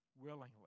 willingly